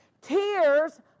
Tears